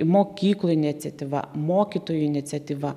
mokyklų iniciatyva mokytojų iniciatyva